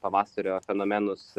pavasario fenomenus